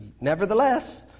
Nevertheless